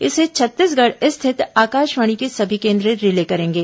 इसे छत्तीसगढ़ स्थित आकाशवाणी के सभी केंद्र रिले करेंगे